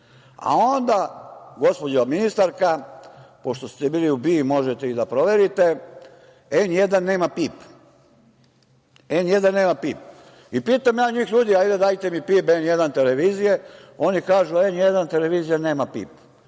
Onda, gospođo ministarka, pošto ste bili u BIA, možete i da proverite, N1 nema PIB. Pitam ja njih – ljudi, hajde dajte mi PIB N1 televizije. Oni kažu - N1 televizija nema PIB,